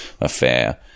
affair